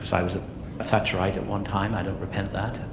ah i was a thatcherite at one time, i don't repent that,